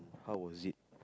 how was it